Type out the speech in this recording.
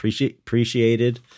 appreciated